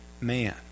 man